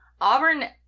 Auburn